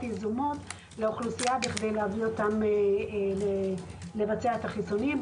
יזומות לאוכלוסייה כדי להביא אותם לבצע את החיסונים.